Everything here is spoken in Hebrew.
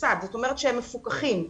זאת אומרת, הם מפוקחים.